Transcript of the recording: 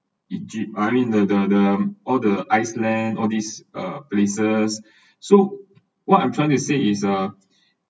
egypt I mean the the the all the ice lands all these uh places so what I’m trying to say is uh